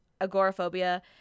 agoraphobia